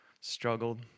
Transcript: struggled